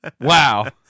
Wow